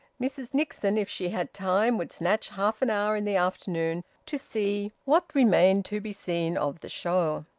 mrs nixon, if she had time, would snatch half an hour in the afternoon to see what remained to be seen of the show.